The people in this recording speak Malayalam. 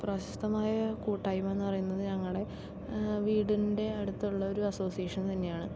പ്രശസ്തമായ കൂട്ടായ്മ എന്നു പറയുന്നത് ഞങ്ങളുടെ വീടിൻ്റെ അടുത്തുള്ള ഒരു അസോസിയേഷൻ തന്നെയാണ്